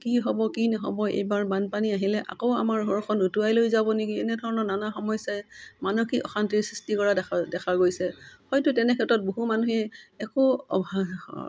কি হ'ব কি নহ'ব এইবাৰ বানপানী আহিলে আকৌ আমাৰ ঘৰখন উটুৱাই লৈ যাব নেকি এনেধৰণৰ নানা সমস্যাই মানসিক অশান্তিৰ সৃষ্টি কৰা দেখা দেখা গৈছে হয়তো তেনে ক্ষেত্ৰত বহু মানুহে একো